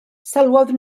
sylwodd